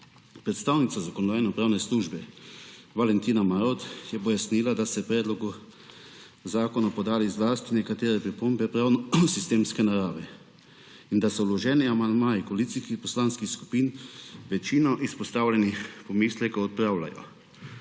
Predstavnica Zakonodajno-pravne službe Valentina Marolt je pojasnila, da so k predlogu zakona podali zlasti nekatere pripombe pravnosistemske narave in da vloženi amandmaji koalicijskih poslanskih skupin večino izpostavljenih pomislekov odpravljajo,